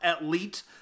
Elite